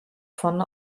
von